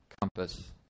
compass